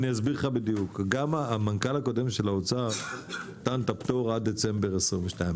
גם המנכ"ל הקודם של האוצר נתן את הפטור עד דצמבר 22',